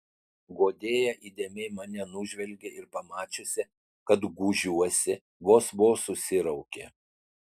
guodėja įdėmiai mane nužvelgė ir pamačiusi kad gūžiuosi vos vos susiraukė